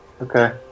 Okay